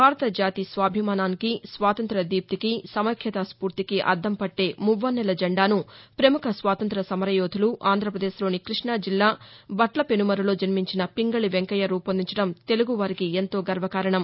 భారతజాతి స్వాభిమానానికి స్వాతంత్ర్య దీప్తికి సమైక్యతా స్పూర్తికి అద్దంపట్టే మువ్వన్నెల జెండాను ప్రముఖ స్వాతంత సమరయోధులు ఆంర్రప్రదేశ్లోని కృష్ణ జిల్లా భట్లపెనుమరులో జన్మించిన పింగళి వెంకయ్య రూపొందించటం తెలుగువారికి ఎంతో గర్వకారణం